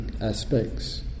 aspects